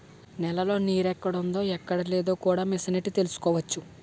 నేలలో నీరెక్కడుందో ఎక్కడలేదో కూడా మిసనెట్టి తెలుసుకోవచ్చు